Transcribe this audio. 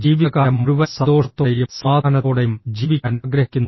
ജീവിതകാലം മുഴുവൻ സന്തോഷത്തോടെയും സമാധാനത്തോടെയും ജീവിക്കാൻ ആഗ്രഹിക്കുന്നു